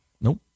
Nope